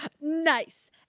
Nice